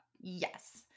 Yes